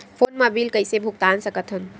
Phone मा bill कइसे भुक्तान साकत हन?